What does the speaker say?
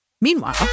Meanwhile